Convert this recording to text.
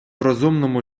розумному